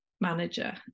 manager